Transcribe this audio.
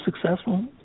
successful